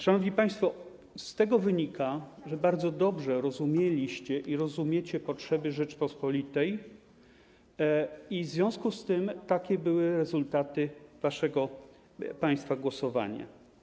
Szanowni państwo, z tego wynika, że bardzo dobrze rozumieliście i rozumiecie potrzeby Rzeczypospolitej i w związku z tym takie były rezultaty państwa głosowania.